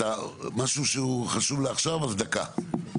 אתה משהו שהוא חשוב לעכשיו אז דקה.